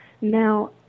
Now